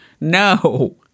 No